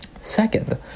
Second